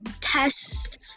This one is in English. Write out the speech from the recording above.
test